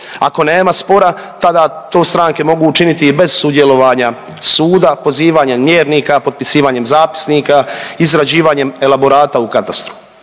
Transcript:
ako nema spora tada to stranke mogu učiniti i bez sudjelovanja suda, pozivanjem mjernika, potpisivanjem zapisnika, izrađivanjem elaborata u katastru,